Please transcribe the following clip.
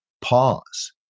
pause